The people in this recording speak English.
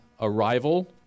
arrival